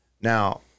Now